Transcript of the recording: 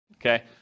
okay